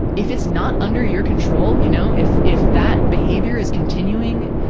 if it's not under your control, you know, if, if that behavior is continuing,